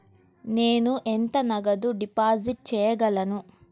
నేను ఎంత నగదు డిపాజిట్ చేయగలను?